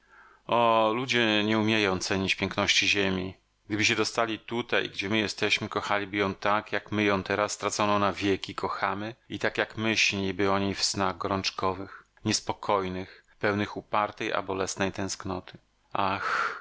o ludzie nie umieją cenić piękności ziemi gdyby się dostali tutaj gdzie my jesteśmy kochaliby ją tak jak my ją teraz straconą na wieki kochamy i tak jak my śniliby o niej w snach gorączkowych niespokojnych pełnych upartej a bolesnej tęsknoty ach